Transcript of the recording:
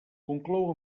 conclou